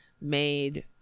made